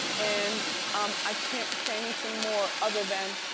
and um i can't say anything more other than.